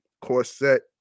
corset